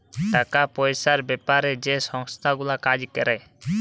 টাকা পয়সার বেপারে যে সংস্থা গুলা কাজ ক্যরে